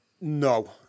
No